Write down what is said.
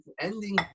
ending